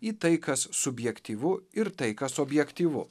į tai kas subjektyvu ir tai kas objektyvu